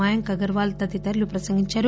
మయాంక్ అగర్వాల్ తదితరులు ప్రసంగించారు